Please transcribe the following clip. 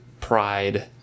pride